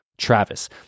travis